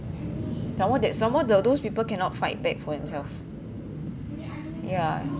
some more that some more those people cannot fight back for themselves yeah